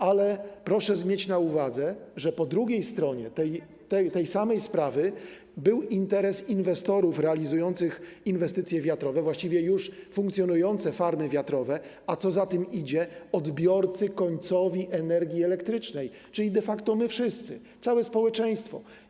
Ale proszę mieć na uwadze, że po drugiej stronie tej samej sprawy był interes inwestorów realizujących inwestycje wiatrowe, właściwie już funkcjonujące farmy wiatrowe, a co za tym idzie - byli tam odbiorcy końcowi energii elektrycznej, czyli de facto byliśmy my wszyscy, całe społeczeństwo.